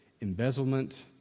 Embezzlement